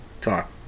talk